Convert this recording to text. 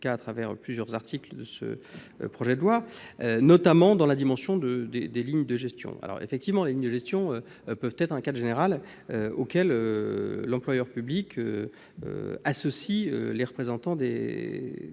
aboutissent plusieurs articles de ce projet de loi, notamment dans la dimension des lignes de gestion. Ces lignes peuvent certes être un cadre général auquel l'employeur public associe les représentants des